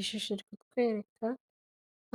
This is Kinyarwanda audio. Ishusho iri kutwereka,